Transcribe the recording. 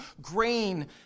grain